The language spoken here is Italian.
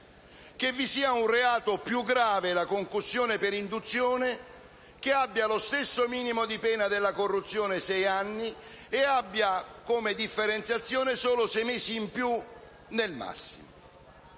vi sia un reato più grave, come la concussione per induzione, che abbia lo stesso minimo di pena della corruzione - ovvero sei anni - e abbia come differenziazione solo sei mesi in più nel massimo.